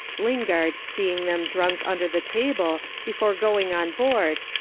lingard seeing them drunk under the table before going on board,